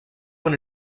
con